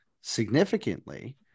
significantly